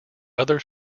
other